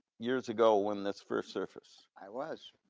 years ago when this first surfaced i was,